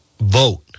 vote